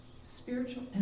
spiritual